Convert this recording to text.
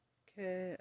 okay